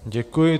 Děkuji.